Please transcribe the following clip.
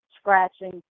scratching